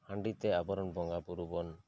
ᱦᱟᱺᱰᱤ ᱛᱮ ᱟᱵᱚ ᱨᱮᱱ ᱵᱚᱸᱜᱟ ᱵᱳᱨᱳ ᱵᱚᱱ